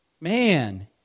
Man